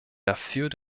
dafür